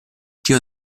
tio